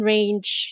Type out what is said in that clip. Range